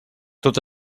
tot